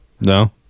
no